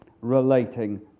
relating